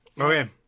Okay